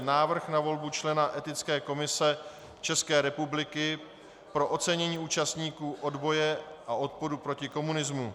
Návrh na volbu člena Etické komise České republiky pro ocenění účastníků odboje a odporu proti komunismu